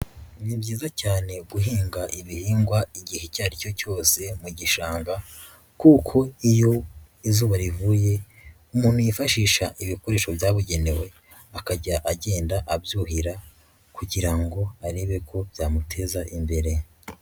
Ni byiza cyane guhinga ibihingwa igihe icyo ari cyo cyose mu gishanga kuko iyo izuba rivuye umuntu yifashisha ibikoresho byabugenewe akajya agenda abyuhira kugira ngo arebe ko byamuteza imbere.